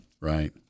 right